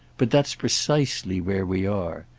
but that's precisely where we are.